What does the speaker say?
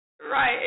Right